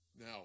Now